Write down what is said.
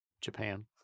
Japan